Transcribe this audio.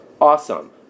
Awesome